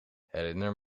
herinner